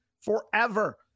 forever